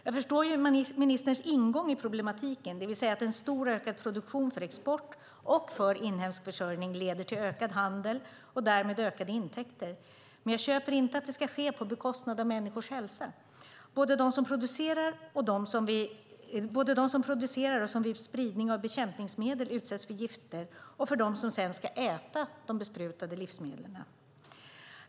Jag förstår ministerns ingång i problematiken, det vill säga att en ökad produktion för export och för inhemsk försörjning leder till ökad handel och därmed ökade intäkter. Men jag köper inte att det ska ske på bekostnad av människors hälsa. Det gäller både dem som producerar och som vid spridning av bekämpningsmedel utsätts för gifter och dem som sedan ska äta de besprutade livsmedlen.